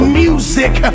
music